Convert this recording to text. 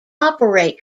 operate